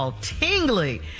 tingly